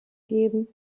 geben